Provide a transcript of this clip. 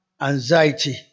anxiety